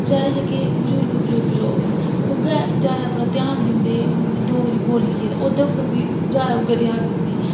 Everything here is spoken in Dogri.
बेचारे जेह्के बजुर्ग बजुर्ग लोक न उ'ऐ ज्यादा अपना ध्यान दिंदे हून डोगरी बोल्ली ऐ ते ओह्दे पर बी ज्यादा उ'ऐ ध्यान दिंदे